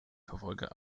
verfolger